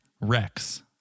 Rex